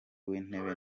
w’intebe